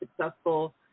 successful